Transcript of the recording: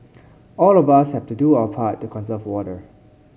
all of us have to do our part to conserve water